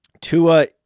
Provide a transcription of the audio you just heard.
Tua